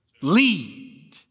Lead